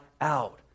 out